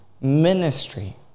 ministry